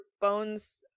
bones